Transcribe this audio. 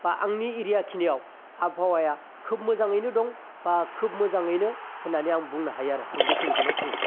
बा आंनि एरियाखिनिआव आबहावाया खोब मोजाङैनो दं बा खोब मोजाङैनो होन्नानै आं बुंनो हायो आरो आं बेखिनिखौनो बुंबाय